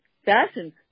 fashion